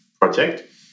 project